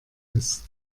ist